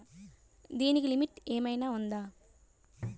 దీనికి లిమిట్ ఆమైనా ఉందా?